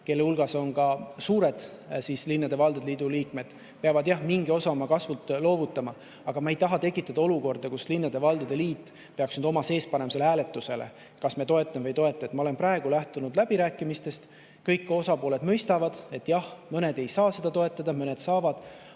kelle hulgas on ka suured linnade ja valdade liidu liikmed, peavad jah mingi osa oma kasvurahast loovutama. Aga ma ei taha tekitada olukorda, kus linnade ja valdade liit peaks liidus panema hääletusele, kas me toetame või ei toeta. Ma olen praegu lähtunud läbirääkimistest. Kõik osapooled mõistavad, et jah, mõned ei saa seda toetada, mõned saavad.